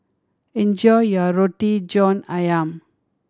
enjoy your Roti John Ayam